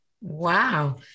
Wow